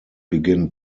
begin